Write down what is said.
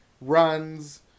runs